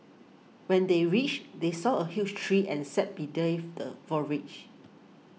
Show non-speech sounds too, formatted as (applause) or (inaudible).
when they reached they saw a huge tree and sat (unintelligible) the (unintelligible)